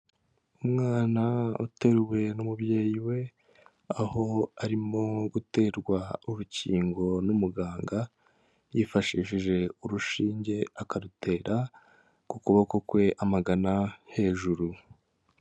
Umwana uteruwe n'umubyeyi we, aho arimo guterwa urukingo n'umuganga yifashishije urushinge akarutera ku kuboko kwe amagana hejuru.